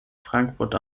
frankfurt